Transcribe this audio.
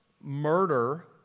murder